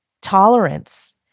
tolerance